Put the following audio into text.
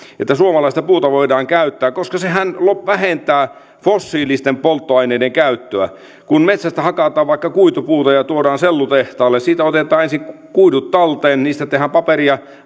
että suomalaista puuta voidaan käyttää koska sehän vähentää fossiilisten polttoaineiden käyttöä kun metsästä hakataan vaikka kuitupuuta ja tuodaan sellutehtaalle siitä otetaan ensin kuidut talteen niistä tehdään paperia